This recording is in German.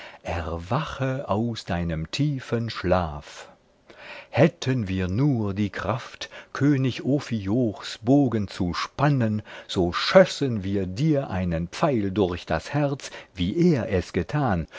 erwache aus deinem tiefen schlaf hätten wir nur die kraft könig ophiochs bogen zu spannen so schössen wir dir einen pfeil durch das herz wie er es getan